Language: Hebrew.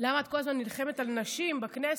למה את כל הזמן נלחמת על נשים בכנסת,